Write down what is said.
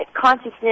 consciousness